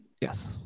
Yes